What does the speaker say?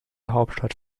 hauptstadt